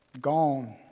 gone